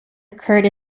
occurred